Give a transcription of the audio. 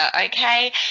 okay